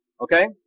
okay